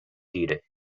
دیره